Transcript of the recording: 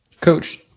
Coach